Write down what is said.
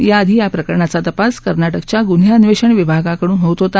या आधी या प्रकरणाचा तपास कर्नाटकच्या गुन्हे अन्वेषण विभागाकडून होत होता